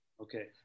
Okay